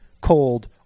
cold